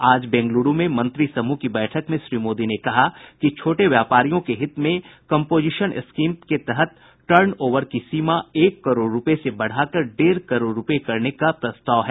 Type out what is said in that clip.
आज बेंगलुरू में मंत्री समूह की बैठक में श्री मोदी ने कहा कि छोटे व्यापारियों के हित में कम्पोजिशन स्कीम में तहत टर्न ओवर की सीमा एक करोड़ रूपये से बढ़ाकर डेढ़ करोड़ रूपये करने का प्रस्ताव है